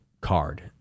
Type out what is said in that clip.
card